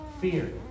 fear